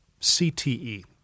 CTE